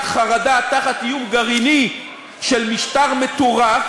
חרדה תחת איום גרעיני של משטר מטורף,